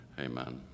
Amen